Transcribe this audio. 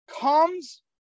comes